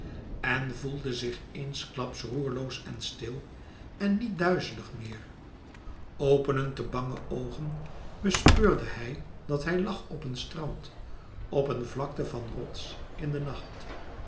en voelde zich eensklaps roerloos en stil en niet duizelig meer openend de bange oogen bespeurde hij dat hij lag op een strand op een vlakte van rots in de nacht